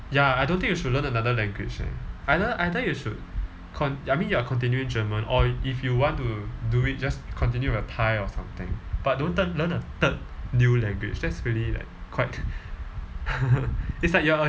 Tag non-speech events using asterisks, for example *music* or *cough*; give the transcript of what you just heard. ya I don't think you should learn another language eh I learn I tell you should cont~ I mean you are continuing german or if you want to do it just continue your thai or something but don't th~ learn a third new language that's really like quite *laughs* it's like you are a